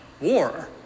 war